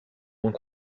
moins